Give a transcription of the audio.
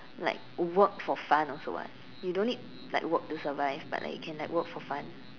like work for fun also [what] you don't need like work to survive but like you can like work for fun